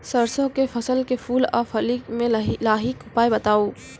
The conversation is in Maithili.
सरसों के फसल के फूल आ फली मे लाहीक के उपाय बताऊ?